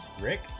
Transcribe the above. rick